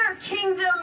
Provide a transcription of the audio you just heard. kingdom